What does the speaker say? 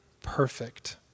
perfect